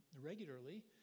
regularly